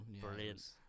Brilliant